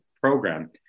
Program